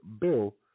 bill